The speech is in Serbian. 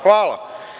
Hvala.